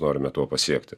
norime tuo pasiekti